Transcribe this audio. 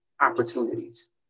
opportunities